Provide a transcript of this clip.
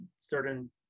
certain